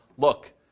look